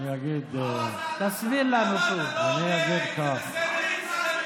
אתם בכל זאת מושכים אותנו, למה אתה בורח מהשאלה?